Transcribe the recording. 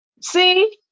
See